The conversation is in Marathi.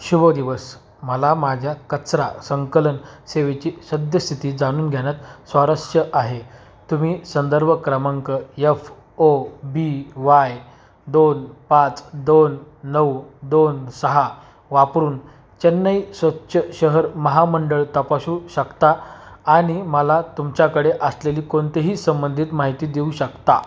शुभ दिवस मला माझ्या कचरा संकलन सेवेची सद्यस्थिती जाणून घेण्यात स्वारस्य आहे तुम्ही संदर्भ क्रमांक यफ ओ बी वाय दोन पाच दोन नऊ दोन सहा वापरून चेन्नई स्वच्छ शहर महामंडळ तपासू शकता आणि मला तुमच्याकडे असलेली कोणतेही संबंधित माहिती देऊ शकता